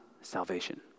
salvation